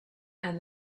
and